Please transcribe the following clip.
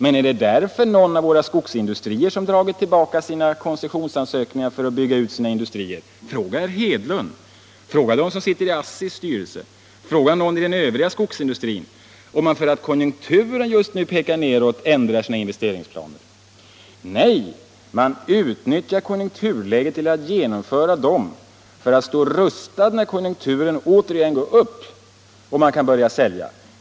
Men är det därför någon av våra skogsindustrier som dragit tillbaka sina koncessionsansökningar för att få bygga ut sina industrier? Fråga herr Hedlund! Fråga dem som sitter i ASSI:s styrelse! Fråga någon i den övriga skogsindustrin, om man för att konjunkturen just nu pekar nedåt ändrar sina investeringsplaner! Nej, man utnyttjar konjunkturläget till att genomföra dem för att stå rustad när konjunkturen återigen går upp och man kan börja sälja.